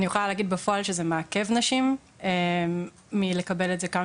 אני יכולה להגיד בפועל שזה מעכב נשים מלקבל את זה כמה